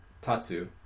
Tatsu